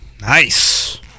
Nice